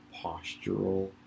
postural